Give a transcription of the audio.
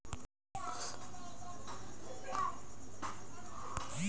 मले खात्याची मायती कशी पायता येईन?